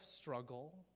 struggle